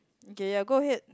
okay ya go ahead